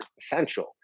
essential